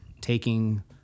taking